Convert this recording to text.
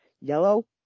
Yellow